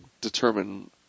determine